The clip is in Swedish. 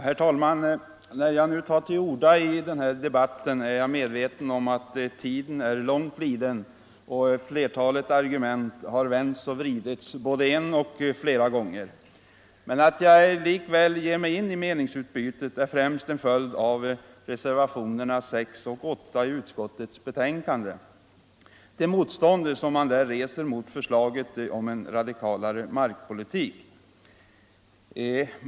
Herr talman! När jag nu tar till orda i debatten är jag medveten om att tiden är långt liden och att flertalet argument har vänts och vridits både en och flera gånger. Att jag likväl ger mig in i meningsutbytet är främst en följd av reservationerna 6 och 8 i utskottets betänkande. Det motstånd som man där reser mot förslaget om en radikalare markpolitik framstår som näst intill befängt.